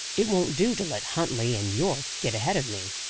it won't do to let huntley and yorke get ahead of me.